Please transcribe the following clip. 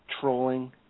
trolling